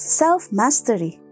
self-mastery